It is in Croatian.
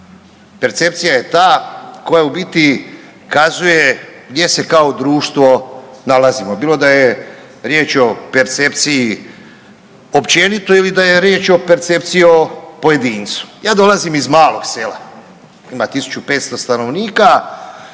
Percepcija je ta koja u biti kazuje gdje se kao društvo nalazimo bilo da je riječ o percepciji općenito ili da je riječ o percepciji o pojedincu. Ja dolazim iz malog sela, ima 1500 stanovnika,